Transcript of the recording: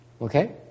Okay